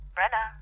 Brenna